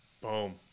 Boom